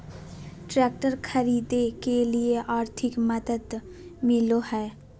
Tractor खरीदे के लिए आर्थिक मदद मिलो है?